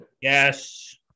Yes